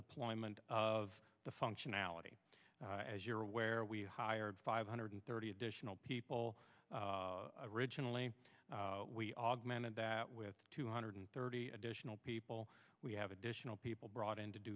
deployment of the functionality as you're aware we hired five hundred thirty additional people originally we augmented that with two hundred thirty additional people we have additional people brought in to